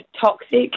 Toxic